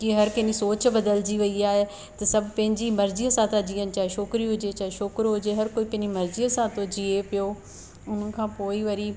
की हर कंहिंजी सोच बदलजी वई आहे त सभु पंहिंजी मर्जीअ सां त जीअन चाहे छोकिरियूं हुजे चाहे छोकिरो हुजे हर कोई पंहिंजी मर्जीअ सां थो जीए पियो हुननि खां पोइ ई वरी